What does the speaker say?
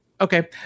Okay